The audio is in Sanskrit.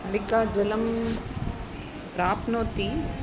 नलिकाजलं प्राप्नोति